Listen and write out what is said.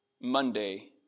Monday